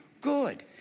good